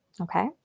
okay